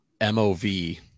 mov